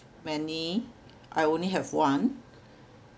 many I only have one